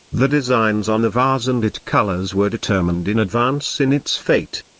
the designs on the vase and it colors were determined in advance in its fate.